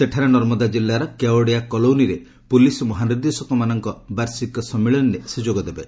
ସେଠାରେ ନର୍ମଦା କିଲ୍ଲାର କେୱାଡ଼ିଆ କଲୋନୀରେ ପୁଲିସ୍ ମହାନିର୍ଦ୍ଦେଶକମାନଙ୍କ ବାର୍ଷିକ ସମ୍ମିଳନୀରେ ଯୋଗ ଦେବେ